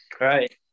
right